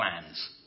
plans